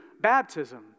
baptism